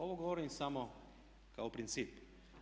Ovo govorim samo kao princip.